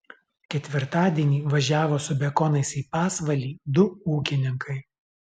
ketvirtadienį važiavo su bekonais į pasvalį du ūkininkai